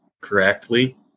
correctly